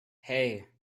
hey